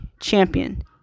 champion